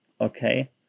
okay